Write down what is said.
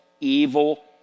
evil